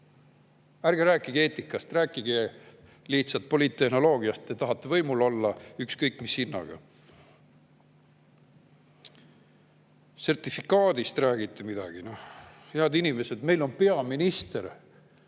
Ärge rääkige eetikast, rääkige lihtsalt poliittehnoloogiast. Te tahate võimul olla ükskõik mis hinnaga. Sertifikaadist räägiti midagi. Head inimesed, meil on peaminister.